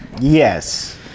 yes